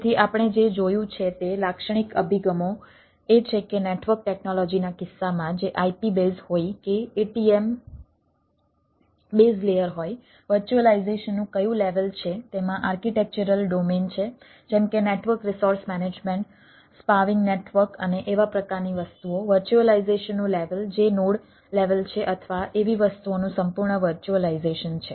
તેથી આપણે જે જોયું છે તે લાક્ષણિક અભિગમો એ છે કે નેટવર્ક ટેક્નોલોજીના કિસ્સામાં જે IP બેઝ હોય કે ATM બેઝ લેયર છે અથવા એવી વસ્તુઓનું સંપૂર્ણ વર્ચ્યુઅલાઈઝેશન છે